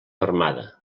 armada